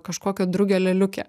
kažkokio drugio lėliukė